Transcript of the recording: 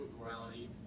morality